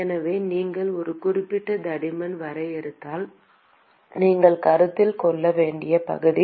எனவே நீங்கள் ஒரு குறிப்பிட்ட தடிமன் வரையறுத்தால் நீங்கள் கருத்தில் கொள்ள வேண்டிய பகுதி